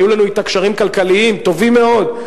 היו לנו אתה קשרים כלכליים טובים מאוד,